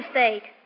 State